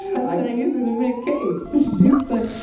i use it to make cakes. she was like,